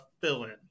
fill-in